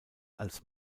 als